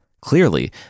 Clearly